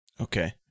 Okay